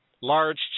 large